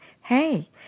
hey